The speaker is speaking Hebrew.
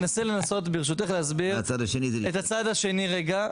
אני אנסה לנסות ברשותך להסביר את הצד השני רגע.